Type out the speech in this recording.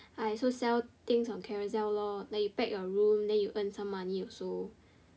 I also sell things on carosell lor then you pack your room then you earn some money also